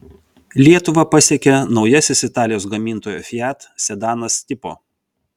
lietuvą pasiekė naujasis italijos gamintojo fiat sedanas tipo